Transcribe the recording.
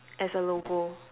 as a logo